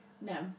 No